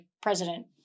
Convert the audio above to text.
President